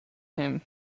him